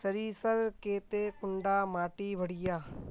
सरीसर केते कुंडा माटी बढ़िया?